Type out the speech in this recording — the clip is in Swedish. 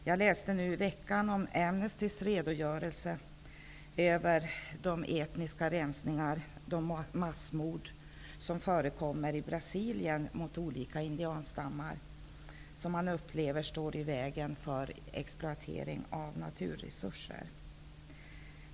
Jag läste nu i veckan om Amnestys redogörelse över de etniska utrensningar och massmord som förekommer i Brasilien mot olika indianstammar som anses stå i vägen för exploatering av naturresurser.